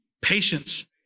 patience